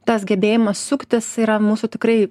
tas gebėjimas suktis yra mūsų tikrai